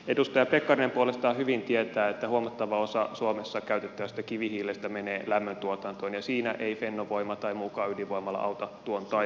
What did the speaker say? edustaja pekkarinen puolestaan hyvin tietää että huomattava osa suomessa käytettävästä kivihiilestä menee lämmöntuotantoon ja siinä ei fennovoima tai muukaan ydinvoimala auta tuon taivaallista